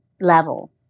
level